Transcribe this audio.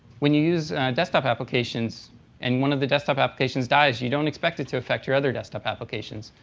when you use desktop applications and one of the desktop applications dies, you don't expect it to affect your other desktop applications.